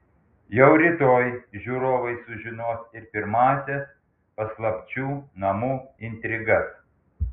jau rytoj žiūrovai sužinos ir pirmąsias paslapčių namų intrigas